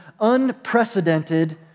unprecedented